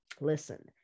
listen